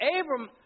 Abram